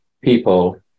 people